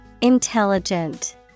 Intelligent